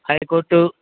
high court